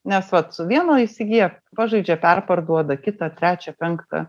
nes vat su vienu įsigyja pažaidžia perparduoda kitą trečią penktą